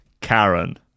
Karen